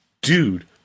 dude